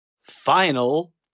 Final